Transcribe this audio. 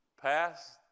past